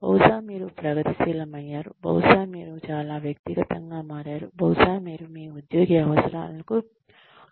బహుశా మీరు ప్రగతిశీలమయ్యారు బహుశా మీరు చాలా వ్యక్తిగతంగా మారారు బహుశా మీరు ఈ ఉద్యోగి అవసరాలకు సున్నితంగా ఉండకపోవచ్చు